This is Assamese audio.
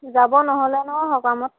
যাব নহ'লে ন' সকামত